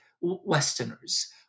Westerners